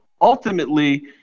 ultimately